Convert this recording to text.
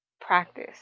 practice